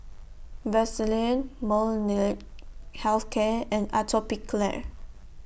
Vaselin Molnylcke Health Care and Atopiclair